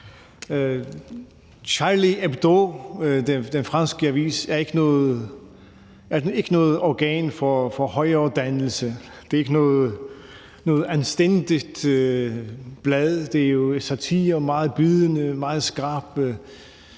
Charlie Hebdo er ikke noget organ for højere dannelse. Det er ikke et anstændigt blad – det er jo satire, det er meget bidende og skarp